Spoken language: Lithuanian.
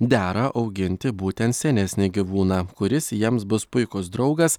dera auginti būtent senesnį gyvūną kuris jiems bus puikus draugas